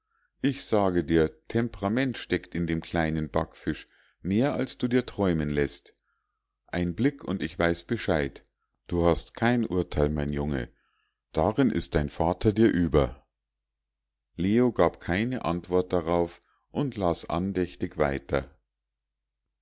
ich sage dir temperament steckt in dem kleinen backfisch mehr als du dir träumen läßt ein blick und ich weiß bescheid du hast kein urteil mein junge darin ist dein vater dir über leo gab keine antwort darauf und las andächtig weiter